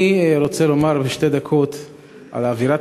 אני רוצה לדבר בשתי דקות על אווירת